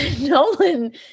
Nolan